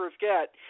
get